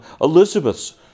Elizabeth's